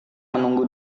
menunggu